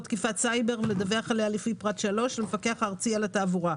תקיפת סייבר ולדווח עליה לפי פרט 3 למפקח הארצי על התעבורה.